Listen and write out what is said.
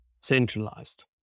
centralized